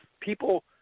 People